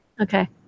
Okay